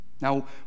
Now